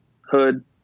hood